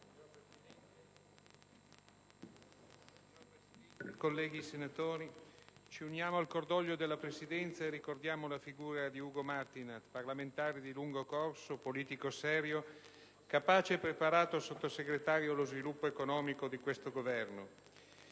Colleghi senatori, ci uniamo al cordoglio della Presidenza e ricordiamo la figura di Ugo Martinat: parlamentare di lungo corso, politico serio, capace e preparato Sottosegretario di Stato per lo sviluppo economico di questo Governo.